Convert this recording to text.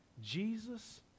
Jesus